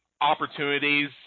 opportunities